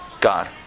God